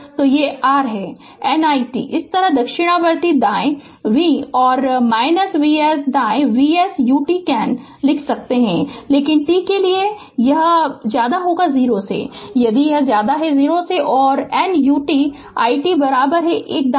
तो यह r है n i t इस तरह दक्षिणावर्त दाएँ v दाएँ और V s दाएँ V s utcan लिख सकते है लेकिन t के लिए 0 यदि 0 और n ut it 1 दाएँ